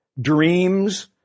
dreams